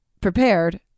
prepared